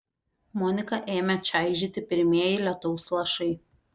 moniką ėmė čaižyti pirmieji lietaus lašai